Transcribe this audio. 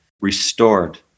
restored